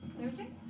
Thursday